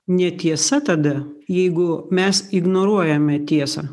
netiesa tada jeigu mes ignoruojame tiesą